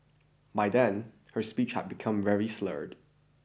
by then her speech had become very slurred